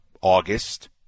August